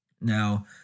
Now